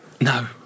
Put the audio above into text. No